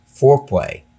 foreplay